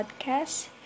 podcast